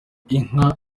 inka